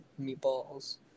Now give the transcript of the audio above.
meatballs